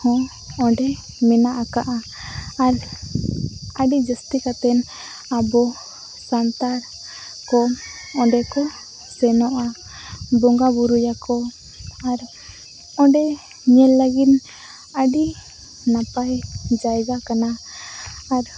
ᱦᱚᱸ ᱚᱸᱰᱮ ᱢᱮᱱᱟᱜ ᱟᱠᱟᱫᱼᱟ ᱟᱨ ᱟᱹᱰᱤ ᱡᱟᱹᱥᱛᱤ ᱠᱟᱛᱮᱱ ᱟᱵᱚ ᱥᱟᱱᱛᱟᱲᱠᱚ ᱚᱸᱰᱮᱠᱚ ᱥᱮᱱᱚᱜᱼᱟ ᱵᱚᱸᱜᱟᱼᱵᱳᱨᱳᱭᱟᱠᱚ ᱟᱨ ᱚᱸᱰᱮ ᱧᱮᱞ ᱞᱟᱹᱜᱤᱫ ᱟᱹᱰᱤ ᱱᱟᱯᱟᱭ ᱡᱟᱭᱜᱟ ᱠᱟᱱᱟ ᱟᱨ